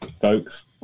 folks